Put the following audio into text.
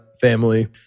family